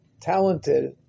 talented